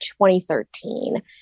2013